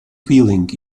feeling